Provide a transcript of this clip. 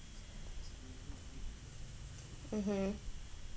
mmhmm